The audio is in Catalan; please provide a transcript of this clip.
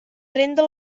renda